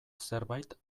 zerbait